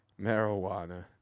Marijuana